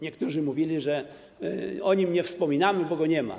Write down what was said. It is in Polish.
Niektórzy mówili, że o nim nie wspominamy, bo go nie ma.